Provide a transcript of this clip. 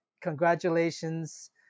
Congratulations